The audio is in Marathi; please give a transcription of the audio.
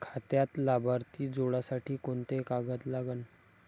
खात्यात लाभार्थी जोडासाठी कोंते कागद लागन?